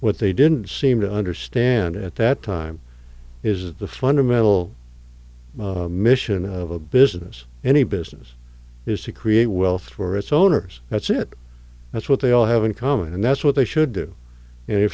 what they didn't seem to understand at that time is the fundamental mission of a business any business is to create wealth for its owners that's it that's what they all have in common and that's what they should do and in